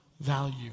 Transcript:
value